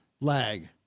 lag